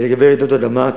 לגבי רעידות אדמה,